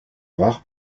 rares